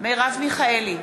מרב מיכאלי,